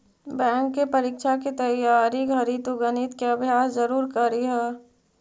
bank के परीक्षा के तइयारी घड़ी तु गणित के अभ्यास जरूर करीह